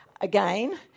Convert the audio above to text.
again